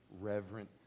reverent